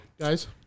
guys